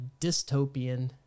dystopian